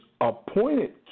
appointed